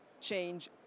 change